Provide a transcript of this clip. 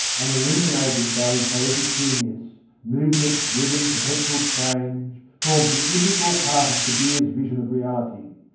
and illuminated by his poetic genius movement, rhythm, perpetual change forms an integral part of kabir's vision of reality.